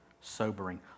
sobering